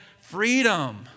freedom